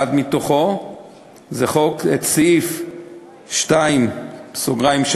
התשע"ג 2013,